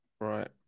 Right